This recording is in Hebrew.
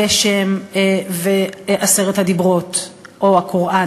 הגשם ועשרת הדיברות או הקוראן,